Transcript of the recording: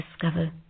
discover